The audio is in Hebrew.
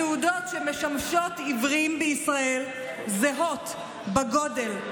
התעודות שמשמשות עיוורים בישראל זהות בגודל,